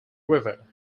river